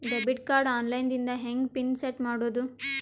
Debit card online ದಿಂದ ಹೆಂಗ್ pin set ಮಾಡೋದು?